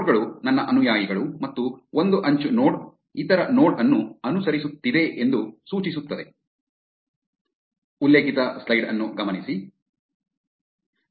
ನೋಡ್ ಗಳು ನನ್ನ ಅನುಯಾಯಿಗಳು ಮತ್ತು ಒಂದು ಅಂಚು ನೋಡ್ ಇತರ ನೋಡ್ ಅನ್ನು ಅನುಸರಿಸುತ್ತಿದೆ ಎಂದು ಸೂಚಿಸುತ್ತದೆ